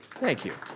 thank you.